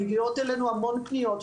מגיעות אלינו המון פניות.